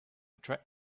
trying